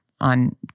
on